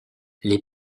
les